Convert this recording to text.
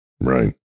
Right